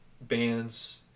bands